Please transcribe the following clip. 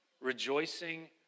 rejoicing